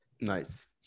Nice